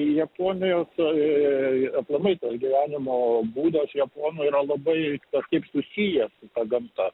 japonijos ee aplamai gyvenimo būdas japonų yra labai kažkaip susijęs su gamta